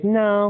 no